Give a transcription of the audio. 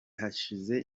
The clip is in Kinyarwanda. hashize